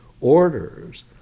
orders